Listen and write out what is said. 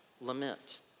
lament